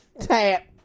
Tap